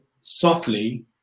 softly